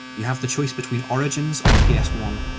you have the choice between origins on the p s one,